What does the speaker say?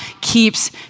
keeps